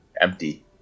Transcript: empty